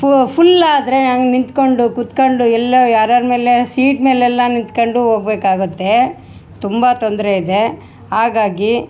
ಫು ಫುಲ್ ಆದರೆ ಹಂಗ್ ನಿಂತುಕೊಂಡು ಕುತ್ಕೊಂಡು ಎಲ್ಲೊ ಯಾರ್ಯಾರ ಮೇಲೆ ಸೀಟ್ ಮೇಲೆಲ್ಲ ನಿಂತ್ಕೊಂಡು ಹೋಗಬೇಕಾಗುತ್ತೆ ತುಂಬ ತೊಂದರೆ ಇದೆ ಹಾಗಾಗಿ